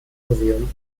museum